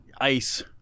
ice